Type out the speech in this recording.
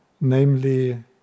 Namely